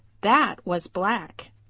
that was black.